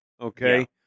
Okay